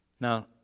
Now